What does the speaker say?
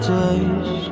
days